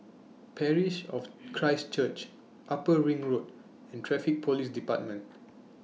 Parish of Christ Church Upper Ring Road and Traffic Police department